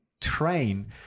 train